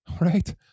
right